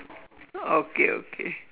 okay okay